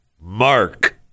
Mark